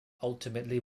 ultimately